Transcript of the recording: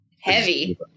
heavy